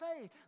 faith